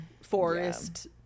forest